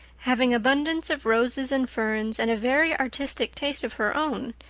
having abundance of roses and ferns and a very artistic taste of her own,